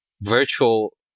virtual